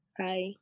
Hi